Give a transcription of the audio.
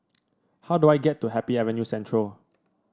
how do I get to Happy Avenue Central